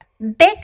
big